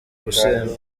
gusebanya